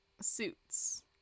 suits